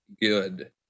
good